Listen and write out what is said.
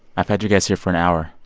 i've had you guys here for an hour.